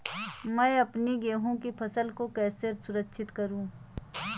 मैं अपनी गेहूँ की फसल को कैसे सुरक्षित करूँ?